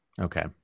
Okay